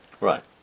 right